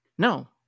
No